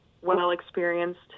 well-experienced